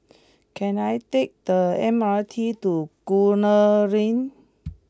can I take the M R T to Gunner Lane